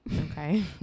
Okay